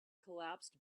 collapsed